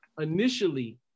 Initially